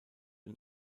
und